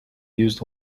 used